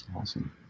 Awesome